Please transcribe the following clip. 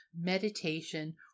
meditation